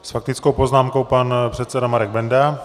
S faktickou poznámkou pan předseda Marek Benda.